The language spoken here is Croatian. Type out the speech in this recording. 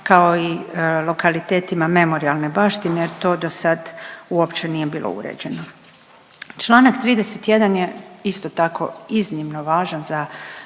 kao i lokalitetima memorijalne baštine, to dosad uopće nije bilo uređeno. Čl. 31. je isto tako iznimno važan za